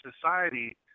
society